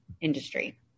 industry